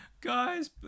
Guys